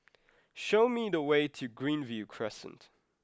show me the way to Greenview Crescent